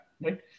right